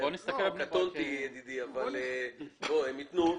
הם יתנו.